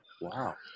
Wow